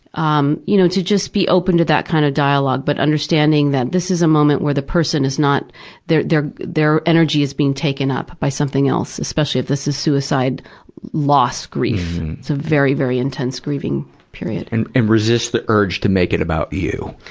um you know to just be open to that kind of dialog but understanding that this is a moment where the person is not their their energy is being taken up by something else, especially if this is suicide loss grief. it's a very, very intense grieving period. and and resist the urge to make it about you.